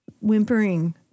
whimpering